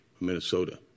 Minnesota